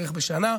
בערך בשנה.